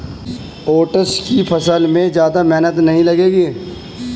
oats की फसल में ज्यादा मेहनत नहीं लगेगी